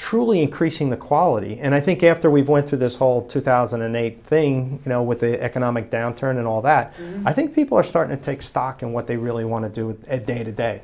truly increasing the quality and i think after we've gone through this whole two thousand and eight thing you know with the economic downturn and all that i think people are starting to take stock in what they really want to do with day to day